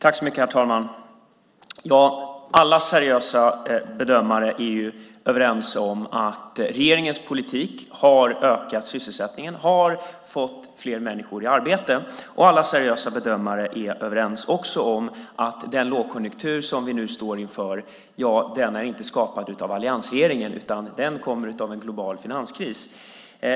Herr talman! Alla seriösa bedömare är överens om att regeringens politik har ökat sysselsättningen och har fått fler människor i arbete. Alla seriösa bedömare är också överens om att den lågkonjunktur som vi nu står inför inte är skapad av alliansregeringen, utan den kommer från en global finanskris.